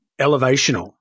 Elevational